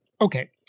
Okay